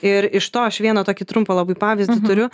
ir iš to aš vieną tokį trumpą labai pavyzdį turiu